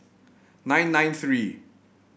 nine nine three